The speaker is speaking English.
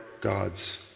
God's